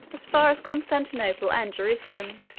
as far as constantinople and jerusalem